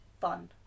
fun